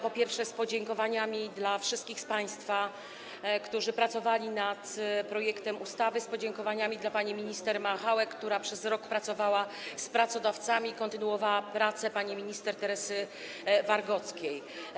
Po pierwsze, podziękowania dla wszystkich państwa, którzy pracowali nad projektem ustawy, podziękowania dla pani minister Machałek, która przez rok pracowała z pracodawcami, kontynuowała prace pani minister Teresy Wargockiej.